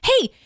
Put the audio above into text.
Hey